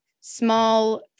small